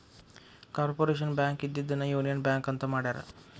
corporation Bank ಇದ್ದಿದ್ದನ್ನ Union Bank ಅಂತ ಮಾಡ್ಯಾರ